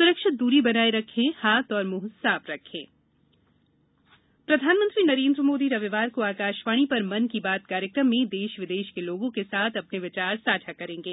स्रक्षित दूरी बनाये रखें हाथ और मुंह साफ रखें मन की बात प्रधानमंत्री नरेन्द्र मोदी रविवार को आकाशवाणी पर श्मन की बातश् कार्यक्रम में देश विदेश के लोगों के साथ अपने विचार साझा करेंगे